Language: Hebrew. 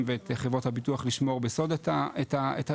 ואת חברות הביטוח לשמור בסוד את המידע,